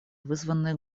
вызванной